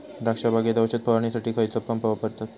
द्राक्ष बागेत औषध फवारणीसाठी खैयचो पंप वापरतत?